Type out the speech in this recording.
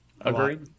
Agreed